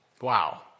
Wow